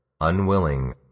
Unwilling